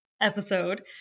episode